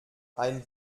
ein